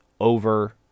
over